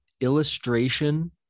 illustration